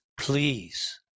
please